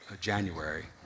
January